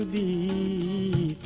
e